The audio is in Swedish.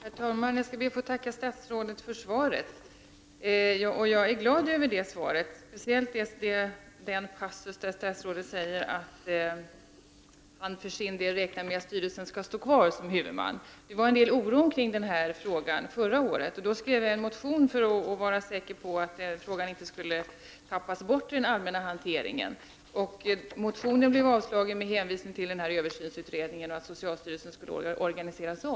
Herr talman! Jag skall be att få tacka statsrådet för svaret. Jag är glad över svaret, framför allt den passus där statsrådet säger att han för sin del räknar med att socialstyrelsen bör stå kvar som huvudman. Förra året fanns det en del oro kring den här frågan. Jag skrev därför en motion för att vara säker på att frågan inte skulle tappas bort i den allmänna hanteringen. Motionen avslogs med hänvisning till den här översynsutredningen och att socialstyrelsen skulle omorganiseras.